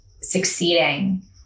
succeeding